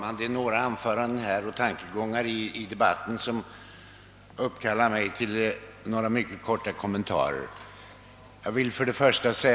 Herr talman! Några tankegångar i debatten har uppkallat mig till ett par mycket korta kommentarer.